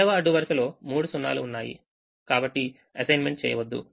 2వఅడ్డు వరుసలో మూడు 0 లు ఉన్నాయి కాబట్టి అసైన్మెంట్ చేయవద్దు